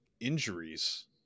injuries –